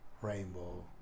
rainbow